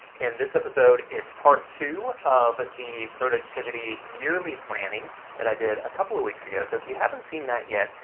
in this episode, it's part two of the productivity yearly planning that i did a couple of weeks ago, so if you haven't see that yet,